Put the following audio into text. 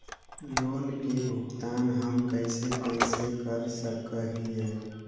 Loan के भुगतान हम कैसे कैसे कर सक हिय?